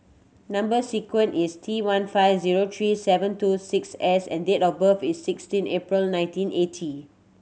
number sequence is T one five zero three seven two six S and date of birth is sixteen April nineteen eighty